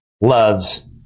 loves